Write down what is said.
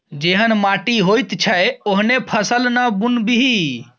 जेहन माटि होइत छै ओहने फसल ना बुनबिही